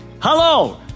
Hello